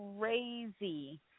crazy